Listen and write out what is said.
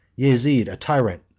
yezid a tyrant,